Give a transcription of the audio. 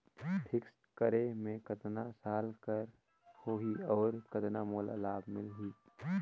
Fixed करे मे कतना साल कर हो ही और कतना मोला लाभ मिल ही?